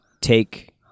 Take